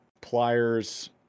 pliers